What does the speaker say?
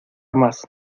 mas